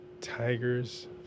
Tigers